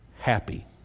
Happy